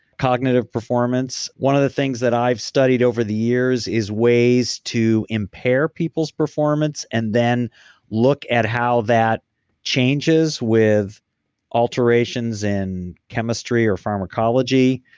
cognitive performance. one of the things that i've studied over the years is ways to impair people's performance and then look at how that changes with alterations and chemistry or pharmacology.